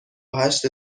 هشت